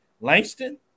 Langston